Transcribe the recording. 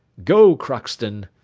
go, crockston,